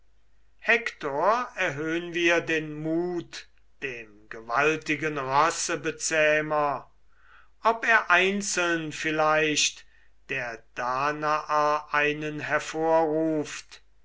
hektor erhöhn wir den mut dem gewaltigen rossebezähmer ob er einzeln vielleicht der danaer einen hervorruft